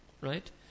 Right